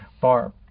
Barb